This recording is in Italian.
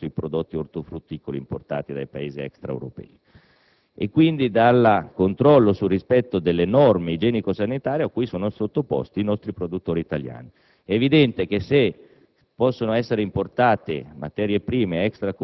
grandemente i controlli alle frontiere per la verifica dei prodotti ortofrutticoli importati dai Paesi extraeuropei, e quindi il controllo sul rispetto delle norme igienico-sanitarie a cui sono sottoposti i nostri produttori italiani. È evidente che, se